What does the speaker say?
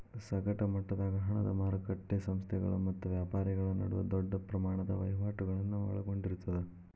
ಸಗಟ ಮಟ್ಟದಾಗ ಹಣದ ಮಾರಕಟ್ಟಿ ಸಂಸ್ಥೆಗಳ ಮತ್ತ ವ್ಯಾಪಾರಿಗಳ ನಡುವ ದೊಡ್ಡ ಪ್ರಮಾಣದ ವಹಿವಾಟುಗಳನ್ನ ಒಳಗೊಂಡಿರ್ತದ